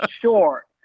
sure